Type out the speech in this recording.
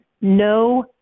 no